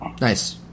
Nice